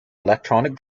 electronic